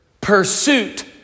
pursuit